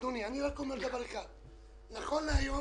אדוני, אני אומר רק דבר אחד: נכון להיום